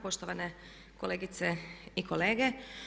Poštovane kolegice i kolege.